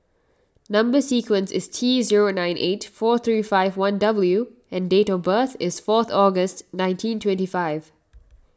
Number Sequence is T zero nine eight four three five one W and date of birth is fourth August nineteen twenty five